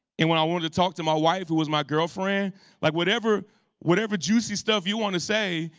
and when i wanted to talk to my wife, who was my girlfriend like whatever whatever juicy stuff you want to say,